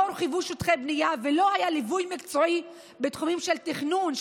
לא הורחבו שטחי בנייה ולא היה ליווי מקצועי בתחומים של תכנון,